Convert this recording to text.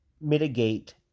mitigate